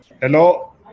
Hello